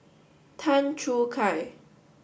Tan Choo Kai